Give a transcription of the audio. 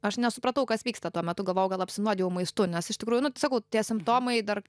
aš nesupratau kas vyksta tuo metu galvojau gal apsinuodijau maistu nes iš tikrųjų nu sakau tie simptomai dar